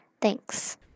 Thanks